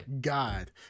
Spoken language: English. god